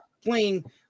playing